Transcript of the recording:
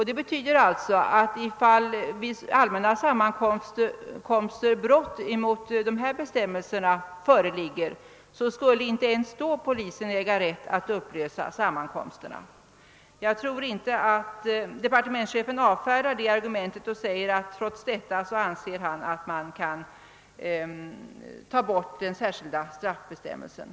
Det betyder att polisen inte ens när det vid allmänna sammankomster förekommer brott av denna typ äger rätt att upplösa sammankomsterna. Departemenitschefen avfärdar detta argument och anser att man trots dessa konsekvenser kan avskaffa den särskilda straffbestämmelsen.